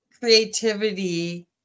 creativity